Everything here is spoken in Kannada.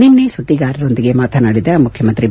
ನಿನ್ನೆ ಸುದ್ದಿಗಾರರೊಂದಿಗೆ ಮಾತನಾಡಿದ ಮುಖ್ಯಮಂತ್ರಿ ಬಿ